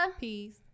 Peace